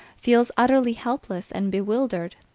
feels utterly helpless and bewildered,